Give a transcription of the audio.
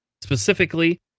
specifically